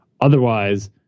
Otherwise